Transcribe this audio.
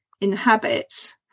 inhabit